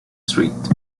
street